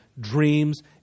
dreams